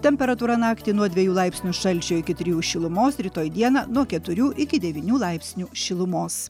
temperatūra naktį nuo dviejų laipsnių šalčio iki trijų šilumos rytoj dieną nuo keturių iki devynių laipsnių šilumos